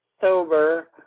sober